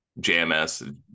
JMS